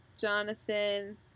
Jonathan